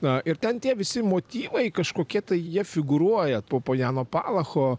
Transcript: na ir ten tie visi motyvai kažkokie tai jie figūruoja po po jano palacho